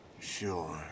Sure